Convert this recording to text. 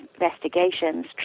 investigations